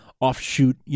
offshoot